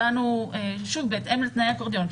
שוב, בהתאם לתנאי האקורדיון.